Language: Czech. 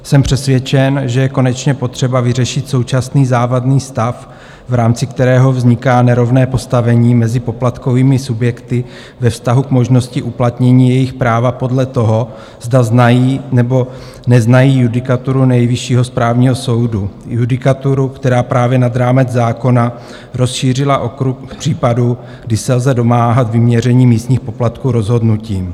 Jsem přesvědčen, že je konečně potřeba vyřešit současný závadný stav, v rámci kterého vzniká nerovné postavení mezi poplatkovými subjekty ve vztahu k možnosti uplatnění jejich práva podle toho, zda znají, nebo neznají judikaturu Nejvyššího správního soudu, judikaturu, která právě nad rámec zákona rozšířila okruh případů, kdy se lze domáhat vyměření místních poplatků rozhodnutím.